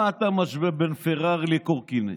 מה אתה משווה בין פרארי לקורקינט,